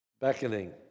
beckoning